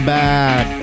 back